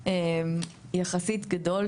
יחסית גדול.